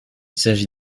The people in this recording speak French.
s’agit